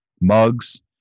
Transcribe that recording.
mugs